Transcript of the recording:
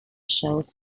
shows